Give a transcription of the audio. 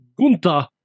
Gunta